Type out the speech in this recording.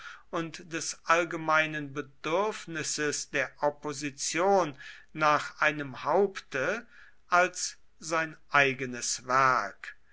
und des allgemeinen bedürfnisses der opposition nach einem haupte als sein eigenes werk